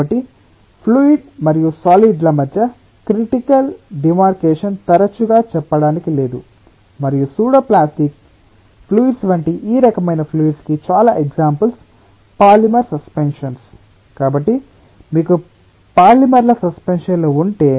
కాబట్టి ఫ్లూయిడ్ మరియు సాలిడ్ ల మధ్య క్రిటికల్ డిమార్కెషన్ తరచుగా చెప్పడానికి లేదు మరియు సూడో ప్లాస్టిక్ ఫ్లూయిడ్స్ వంటి ఈ రకమైన ఫ్లూయిడ్స్ కి చాలా ఎగ్సాంపుల్స్ పాలిమర్ సస్పెన్షన్స్ కాబట్టి మీకు పాలిమర్ల సస్పెన్షన్లు ఉంటే